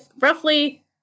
roughly